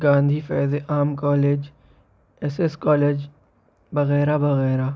Gandhi Faiz Aam college S S college وغیرہ وغیرہ